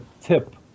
tip